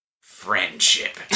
Friendship